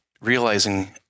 realizing